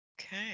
okay